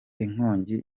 inkongi